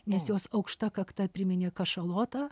nes jos aukšta kakta priminė kašalotą